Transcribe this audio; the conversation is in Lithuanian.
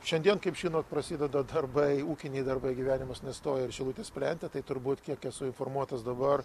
šiandien kaip žinot prasideda darbai ūkiniai darbai gyvenimas nestoja ir šilutės plente tai turbūt kiek esu informuotas dabar